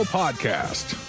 podcast